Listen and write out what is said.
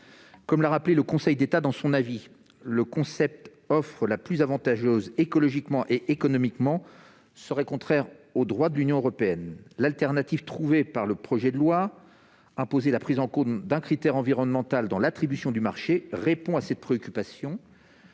Comme l'a rappelé le Conseil d'État dans son avis, le concept d'« offre la plus avantageuse écologiquement et économiquement » serait contraire au droit de l'Union européenne. L'autre solution trouvée dans le projet de loi- imposer la prise en compte d'un critère environnemental dans l'attribution du marché -répond à cette préoccupation,